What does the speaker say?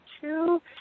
two